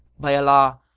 by allah,